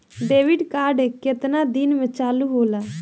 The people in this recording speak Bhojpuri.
डेबिट कार्ड केतना दिन में चालु होला?